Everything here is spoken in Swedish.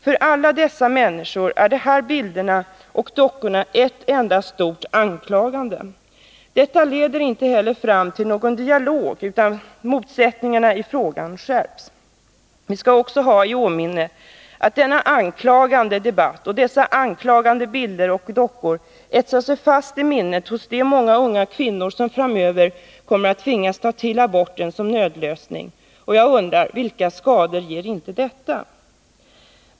För dem är de här bilderna och dockorna ett enda stort anklagande. Detta leder inte heller fram till någon dialog, utan motsättningarna i frågan skärps. Vi skall också tänka på att denna anklagande debatt och dessa anklagande bilder och dockor etsar sig fast i minnet hos de många unga kvinnor som framöver kommer att tvingas ta till aborten som en nödlösning. Vilka skador kommer det inte att ge?